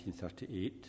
1938